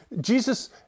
Jesus